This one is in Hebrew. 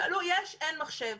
שאלו: יש, אין מחשב.